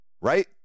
right